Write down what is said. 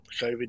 COVID